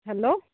hello